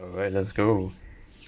alright let's go